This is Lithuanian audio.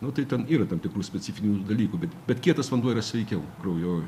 nu tai ten yra tam tikrų specifinių dalykų bet bet kietas vanduo yra sveikiau kraujo